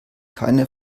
keine